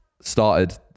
started